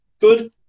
good